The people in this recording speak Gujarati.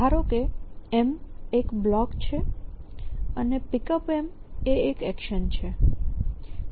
ધારો કે M એક બ્લોક છે અને Pickup એ એક એક્શન છે